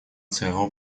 своего